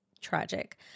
tragic